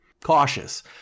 cautious